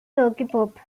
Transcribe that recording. tokyopop